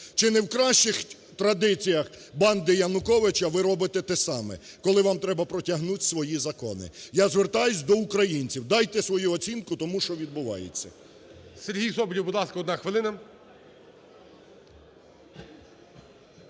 Чи не в кращих традиціях банди Януковича ви робите те саме, коли вам треба протягнуть свої закони? Я звертаюсь до українців. Дайте свою оцінку тому, що відбувається.